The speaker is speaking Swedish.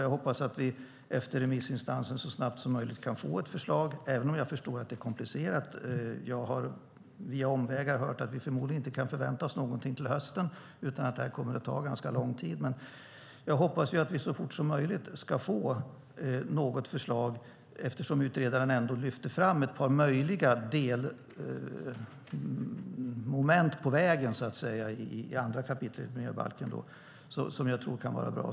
Jag hoppas att vi efter remissrundan så snabbt som möjligt kan få ett förslag, även om jag förstår att det är komplicerat. Jag har på omvägar hört att vi förmodligen inte kan förvänta oss något till hösten utan att det kommer att ta ganska lång tid. Jag hoppas dock att vi så fort som möjligt får ett förslag eftersom utredaren ändå lyfter fram ett par möjliga delmoment på vägen i 2 kap. miljöbalken som jag tror kan vara bra.